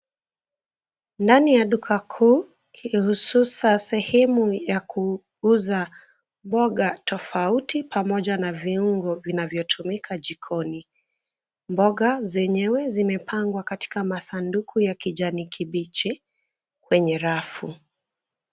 Ndani ya duka kuu, hususan sehemu ya kuuza mboga tofauti pamoja na viungo vinavyotumika jikoni. Mboga zenyewe zimepangwa katika masanduku ya kijani kibichi kwenye rafu.